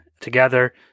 together